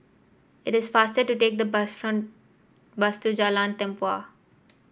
it is faster to take the bus from bus to Jalan Tempua